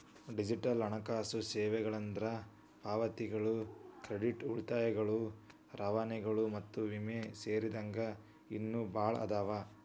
digital ಹಣಕಾಸು ಸೇವೆಗಳಂದ್ರ ಪಾವತಿಗಳು ಕ್ರೆಡಿಟ್ ಉಳಿತಾಯಗಳು ರವಾನೆಗಳು ಮತ್ತ ವಿಮೆ ಸೇರಿದಂಗ ಇನ್ನೂ ಭಾಳ್ ಅದಾವ